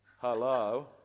Hello